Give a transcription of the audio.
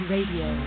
Radio